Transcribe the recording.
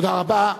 תודה רבה.